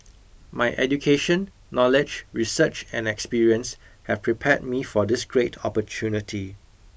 my education knowledge research and experience have prepared me for this great opportunity